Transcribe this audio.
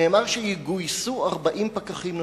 נאמר שיגויסו 40 פקחים נוספים.